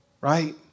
right